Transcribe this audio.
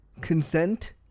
consent